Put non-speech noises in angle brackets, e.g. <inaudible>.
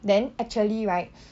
then actually right <breath>